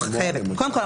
קודם כל,